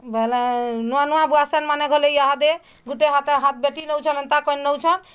ବଇଲେ ନୂଆଁ ନୂଆଁ ଭୁଆସନ୍ ମାନେ ଗଲେ ଇହାଦେ ଗୋଟେ ହାତ୍ ବେଥି ନଉଛନ୍ ଏନ୍ତା କରିନଉଛନ୍